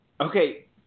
Okay